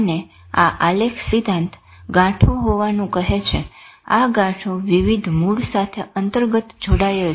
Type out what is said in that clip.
અને આ આલેખ સિદ્ધાંત ગાંઠો હોવાનું કહે છે આ ગાંઠો વિવિધ મૂળ સાથે અંતર્ગત જોડાયેલ છે